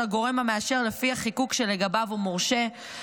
הגורם המאשר לפי החיקוק שלגביו הוא מורשה.